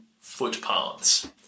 footpaths